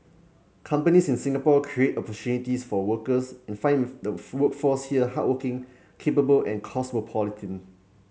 companies in Singapore create opportunities for workers and find the workforce here hardworking capable and cosmopolitan